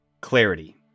clarity